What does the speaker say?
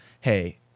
hey